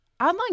online